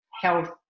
health